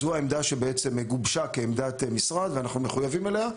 זו העמדה שבעצם גובשה כעמדת משרד ואנחנו מחויבים אליה,